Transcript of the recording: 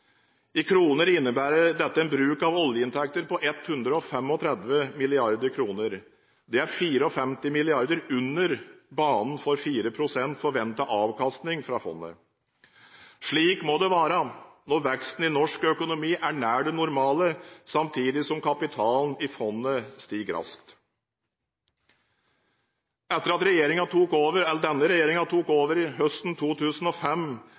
I kroner innebærer dette en bruk av oljeinntekter på 135 mrd. kr. Det er 54 mrd. kr under banen for 4 pst. forventet avkastning fra fondet. Slik må det være når veksten i norsk økonomi er nær det normale, samtidig som kapitalen i fondet stiger raskt. Etter at denne regjeringen tok over